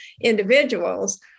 individuals